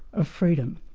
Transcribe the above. of freedom.